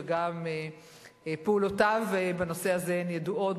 וגם פעולותיו בנושא הזה הן ידועות,